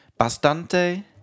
Bastante